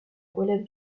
relève